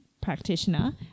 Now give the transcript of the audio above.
practitioner